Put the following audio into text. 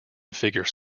figure